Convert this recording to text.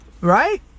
Right